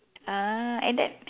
ah and that